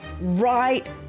right